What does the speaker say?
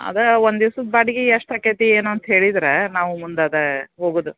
ಅದೆ ಒಂದು ದಿವ್ಸದ ಬಾಡ್ಗೆ ಎಷ್ಟು ಆಕೇತಿ ಏನು ಅಂತ ಹೇಳಿದ್ರೆ ನಾವು ಮುಂದೆ ಅದೆ ಹೋಗೋದು